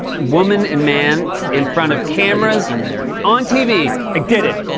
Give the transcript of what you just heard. woman, and man in front of cameras on tv. i did it!